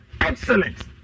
Excellent